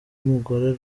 umugore